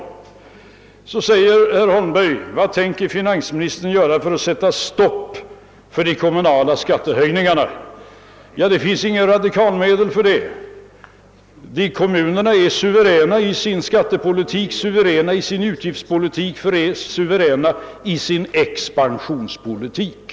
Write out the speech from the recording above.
Vidare frågar herr Holmberg: Vad tänker finansministern göra för att sätta stopp för de kommunala skattehöjningarna? Det finns inga radikalmedel för det. Kommunerna är suveräna i sin skattepolitik, suveräna i sin utgiftspolitik och suveräna i sin expansionspolitik.